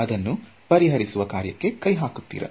ಅದನ್ನು ಪರಿಹರಿಸುವ ಕಾರ್ಯಕ್ಕೆ ಕೈ ಹಾಕುತ್ತಿರ